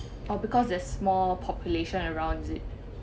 oh because there's more population around is it